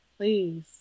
please